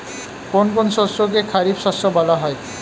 কোন কোন শস্যকে খারিফ শস্য বলা হয়?